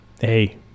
hey